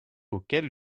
auxquels